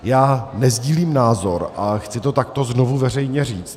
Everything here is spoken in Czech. Já nesdílím názor, a chci to takto znovu veřejně říct... ...